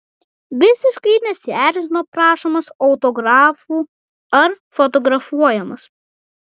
visiškai nesierzino prašomas autografų ar fotografuojamas